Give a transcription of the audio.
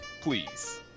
please